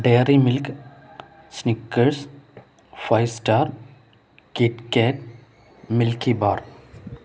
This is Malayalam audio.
diary Milk Snickers Five Star KitKat Milky bar